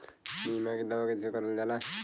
बीमा के दावा कैसे करल जाला?